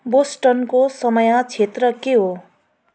बोस्टोनको समय क्षेत्र के हो